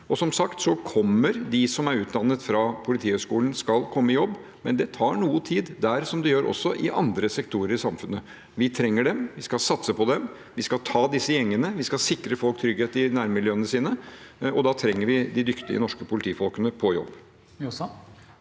de som er utdannet fra Politihøgskolen, komme i jobb, men det tar noe tid, som det også gjør i andre sektorer i samfunnet. Vi trenger dem. Vi skal satse på dem. Vi skal ta disse gjengene. Vi skal sikre folk trygghet i nærmiljøene sine. Da trenger vi de dyktige norske politifolkene på jobb.